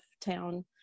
town